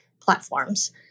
platforms